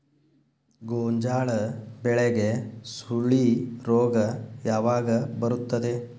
ಗೋಂಜಾಳ ಬೆಳೆಗೆ ಸುಳಿ ರೋಗ ಯಾವಾಗ ಬರುತ್ತದೆ?